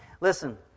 Listen